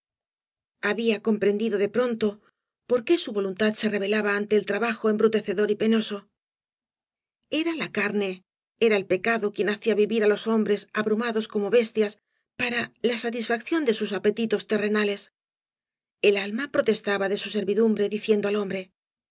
había comprendido de pronto por qué su cañas t barro voluuíad se rebelaba ante l trabajo embrutecedor y penoso era la carne era el pecado quien hacía vivir á los hombres abrumados como bes tías para la satisfaccióa de sus apetitos terrena les el alma protestaba de su servidumbre diciendo ai hombre